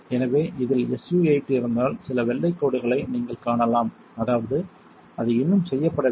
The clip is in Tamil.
எனவே இதில் SU 8 இருந்தால் சில வெள்ளைக் கோடுகளை நீங்கள் காணலாம் அதாவது அது இன்னும் செய்யப்படவில்லை